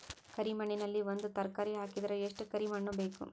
ಕರಿ ಮಣ್ಣಿನಲ್ಲಿ ಒಂದ ತರಕಾರಿ ಹಾಕಿದರ ಎಷ್ಟ ಕರಿ ಮಣ್ಣು ಬೇಕು?